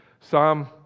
Psalm